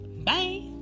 Bye